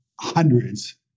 hundreds